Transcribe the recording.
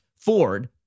Ford